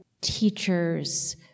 teachers